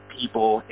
people